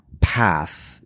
path